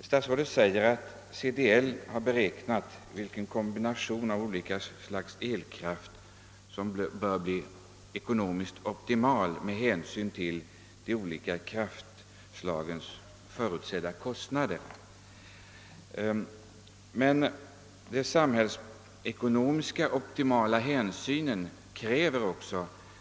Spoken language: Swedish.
Statsrådet säger att CDL har beräknat vilken kombination av olika slags elkraft som bör bli ekonomiskt optimal med hänsyn till de olika kraftslagens förutsedda kostnader. Men de samhällsekonomiskt optimala hänsynen kräver